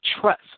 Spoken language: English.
trust